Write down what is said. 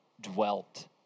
dwelt